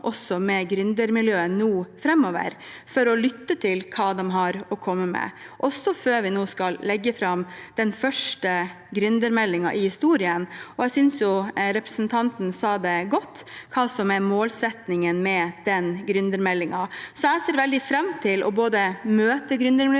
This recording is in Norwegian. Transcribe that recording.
også med gründermiljøet framover for å lytte til hva de har å komme med, også før vi nå skal legge fram den første gründermeldingen i historien. Jeg synes representanten sa det godt, hva som er målsettingen med gründermeldingen. Jeg ser veldig fram både til å møte gründermiljøet